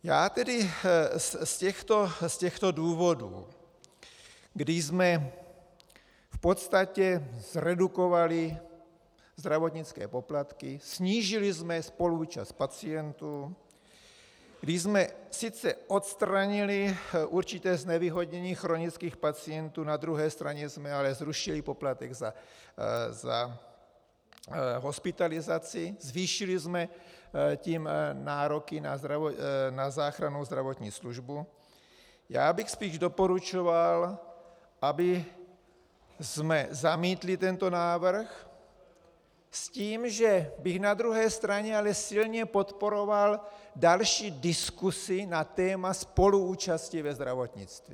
Já tedy z těchto důvodů, kdy jsme v podstatě zredukovali zdravotnické poplatky, snížili jsme spoluúčast pacientů, kdy jsme sice odstranili určité znevýhodnění chronických pacientů, na druhé straně jsme ale zrušili poplatek za hospitalizaci, zvýšili jsme tím nároky na záchrannou zdravotní službu, já bych spíš doporučoval, abychom zamítli tento návrh s tím, že bych na druhé straně ale silně podporoval další diskusi na téma spoluúčasti ve zdravotnictví.